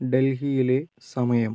ഡൽഹിയിലെ സമയം